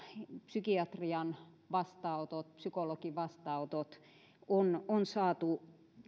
psykiatrian vastaanotot ja psykologin vastaanotot on saatu